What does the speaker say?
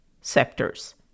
sectors